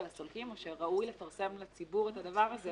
ולסולקים או שראוי לפרסם לציבור את הדבר הזה